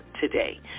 today